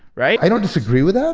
right? i don't disagree with that,